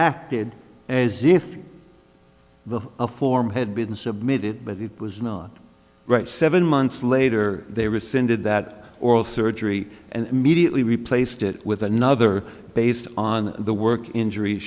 acted as if the a form had been submitted but it was not right seven months later they rescinded that oral surgery and immediately replaced it with another based on the work injur